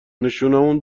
نشونامون